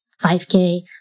5k